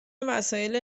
وسایل